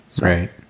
Right